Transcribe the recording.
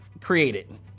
created